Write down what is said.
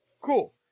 cool